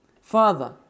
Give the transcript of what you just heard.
father